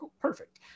perfect